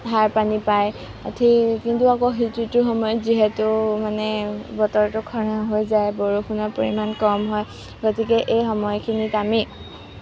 সাৰ পানী পায় উঠি কিন্তু আকৌ শীত ঋতুৰ সময়ত যিহেতু মানে বতৰটো খৰাং হৈ যায় বৰষুণৰ পৰিমাণ কম হয় গতিকে এই সময়খিনিত আমি